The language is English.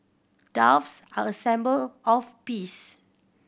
doves are a symbol of peace